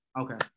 Okay